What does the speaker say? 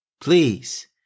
please